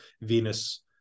Venus